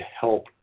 help